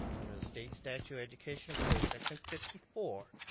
under the state statute education code section fifty four,